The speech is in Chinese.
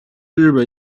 日本